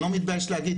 אני לא מתבייש להגיד,